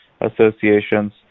associations